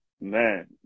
man